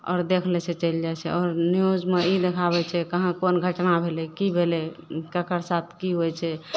आओर देख लै छै चलि जाइ छै आओर न्यूजमे ई देखाबय छै कहाँ कोन घटना भेलय की भेलय केकर साथ की होइ छै